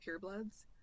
purebloods